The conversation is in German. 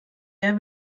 der